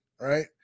right